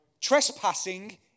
Trespassing